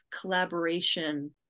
collaboration